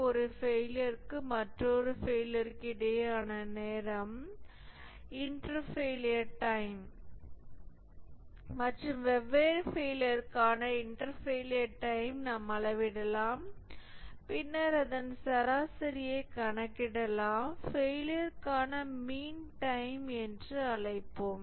ஒரு ஃபெயிலியர்க்கு மற்றொரு ஃபெயிலியர்க்கு இடையிலான நேரம் இன்டர் ஃபெயிலியர் டைம் மற்றும் வெவ்வேறு ஃபெயிலியர்களுக்கான இன்டர் ஃபெயிலியர் டைம் நாம் அளவிடலாம் பின்னர் அதன் சராசரியைக் கணக்கிடலாம் ஃபெயிலியர்க்கான மீன் டைம் என்று அழைப்போம்